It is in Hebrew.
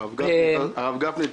הרב גפני,